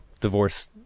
divorce